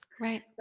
right